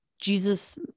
jesus